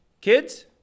Kids